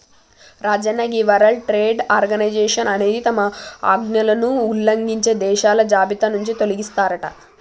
రాజన్న గీ World Trade Organisation అనేది తమ ఆజ్ఞలను ఉల్లంఘించే దేశాల జాబితా నుంచి తొలగిస్తారట